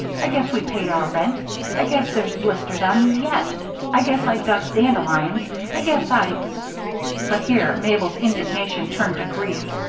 i guess we paid our rent i guess there's blisters on me yet i guess i dug dandelions i guess i but here mabel's indignation turned to grief,